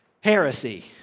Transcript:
heresy